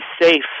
safe